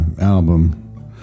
album